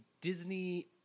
Disney